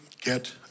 get